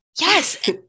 Yes